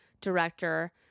director